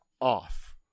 off